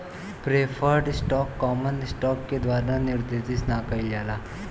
preferred stock common stock के द्वारा निर्देशित ना कइल जाला